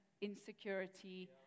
insecurity